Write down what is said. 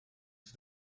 for